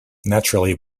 naturally